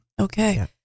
Okay